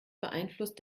beeinflusst